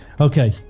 Okay